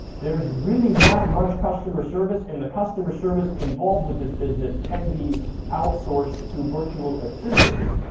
there is really not much customer service, and the customer service involved with this business can be outsourced to virtual assistants.